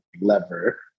lever